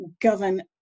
govern